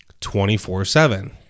24-7